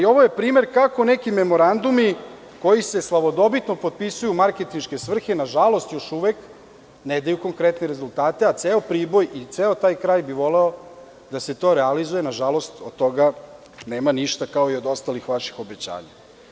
Ovo je primer kako neki memorandumi koji se slavodobitno potpisuju u marketinške svrhe, nažalost, još uvek, ne daju konkretne rezultate, a ceo Priboj i ceo taj kraj bi voleo da se to realizuje, nažalost, od toga nema ništa kao i od ostalih vaših obećanja.